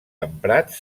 emprats